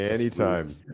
Anytime